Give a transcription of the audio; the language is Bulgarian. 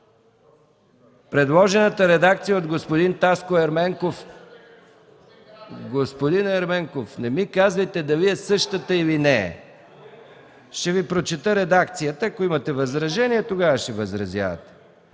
от народния представител Таско Ерменков.) Господин Ерменков, не ми казвайте дали е същата или не е. Ще Ви прочета редакцията, ако имате възражения, тогава ще възразявате: